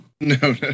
no